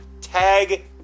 tag